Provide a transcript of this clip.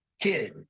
kid